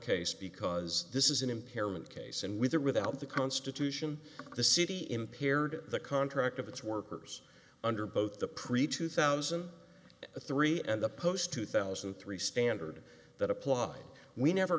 case because this is an impairment case and with or without the constitution the city impaired the contract of its workers under both the pre two thousand and three and the post two thousand and three standard that applied we never